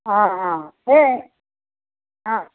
অঁ অঁ এই অঁ